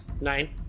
Nine